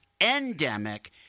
endemic